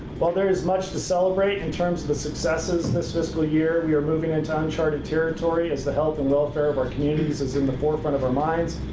while there is much to celebrate in terms of the successes this fiscal year, we are moving into uncharted territory as the health and welfare of our communities is in the forefront of our minds.